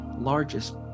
largest